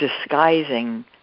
disguising